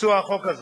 לביצוע החוק הזה.